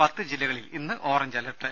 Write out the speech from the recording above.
പത്ത് ജില്ലകളിൽ ഇന്ന് ഓറഞ്ച് അലർട്ട്